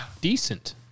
Decent